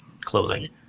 clothing